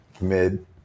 mid